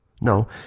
No